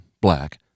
black